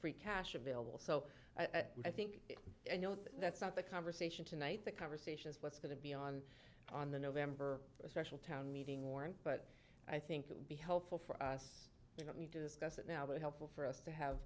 free cash available so i think you know that's not the conversation tonight the conversation is what's going to be on on the november special town meeting warrant but i think it would be helpful for us to not need to discuss it now but helpful for us to have